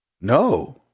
No